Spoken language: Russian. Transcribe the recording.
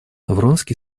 вронский